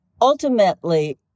ultimately